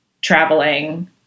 traveling